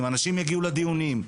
אנשים יגיעו לדיונים,